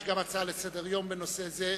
יש גם הצעה לסדר-היום בנושא זה.